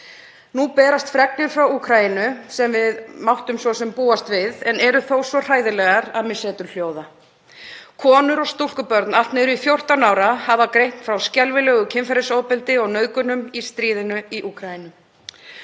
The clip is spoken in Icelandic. Nú berast fregnir frá Úkraínu, sem við máttum svo sem búast við en eru þó svo hræðilegar að mig setur hljóða: Konur og stúlkubörn allt niður í 14 ára hafa greint frá skelfilegu kynferðisofbeldi og nauðgunum í stríðinu í Úkraínu.